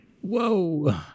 Whoa